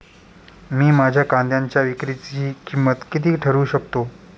मी माझ्या कांद्यांच्या विक्रीची किंमत किती ठरवू शकतो?